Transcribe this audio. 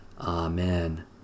Amen